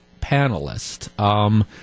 panelist